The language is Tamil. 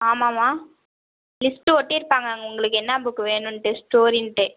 ஆமாம்மா லிஸ்ட் ஒட்டிருப்பாங்க அங்கே உங்களுக்கு என்ன புக்கு வேணும்ட்டு ஸ்டோரின்ட்டு